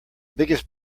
biggest